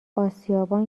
اسیابان